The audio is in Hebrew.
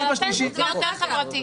אבל הפנסיות זה דבר יותר חברתי.